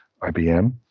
IBM